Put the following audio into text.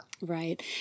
Right